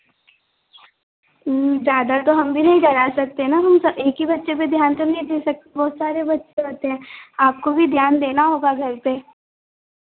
ज़्यादा तो हम भी नहीं करा सकते हैं ना हम स एक ही बच्चे पर ध्यान तो नहीं दे सकते बहुत सारे बच्चे होते हैं आपको भी ध्यान देना होगा घर पर